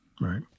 right